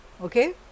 okay